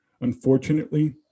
unfortunately